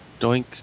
Doink